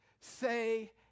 say